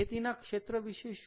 ખેતીના ક્ષેત્ર વિશે શું